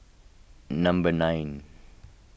number nine